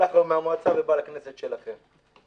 הלך לנו מהמועצה ובא לכנסת שלכם.